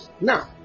Now